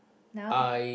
now